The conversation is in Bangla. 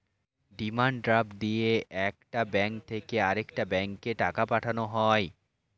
ডিমান্ড ড্রাফট দিয়ে একটা ব্যাঙ্ক থেকে আরেকটা ব্যাঙ্কে টাকা পাঠানো হয়